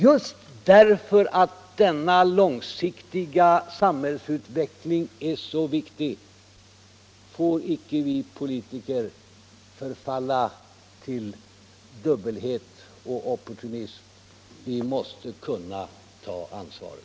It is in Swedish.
Just därför att denna långsiktiga samhällsutveckling är så viktig får icke vi politiker förfalla till dubbelhet och opportunism. Vi måste kunna ta ansvaret.